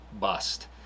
bust